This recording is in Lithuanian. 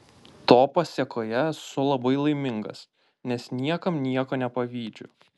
to pasėkoje esu labai laimingas nes niekam nieko nepavydžiu